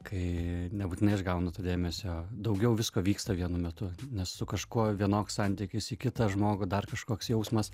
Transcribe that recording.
kai nebūtinai aš gaunu to dėmesio daugiau visko vyksta vienu metu nes su kažkuo vienoks santykis į kitą žmogų dar kažkoks jausmas